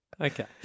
Okay